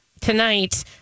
tonight